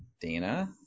Dana